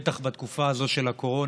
בטח בתקופה הזאת של הקורונה,